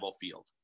Field